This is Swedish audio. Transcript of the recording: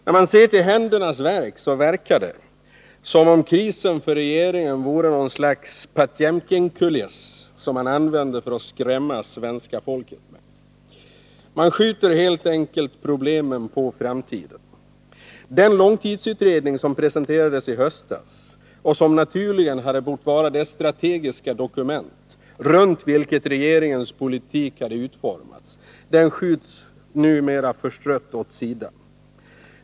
När man ser till händernas verk förefaller det som om krisen för regeringen är något slags potemkinkuliss som man använder för att skrämma svenska folket med. Man skjuter helt enkelt problemen på framtiden. Den långtidsutredning som presenterades i höstas och som naturligen borde ha varit det strategiska dokument runt vilket regeringens politik hade utformats skjuts numera förstrött åt sidan.